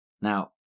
Now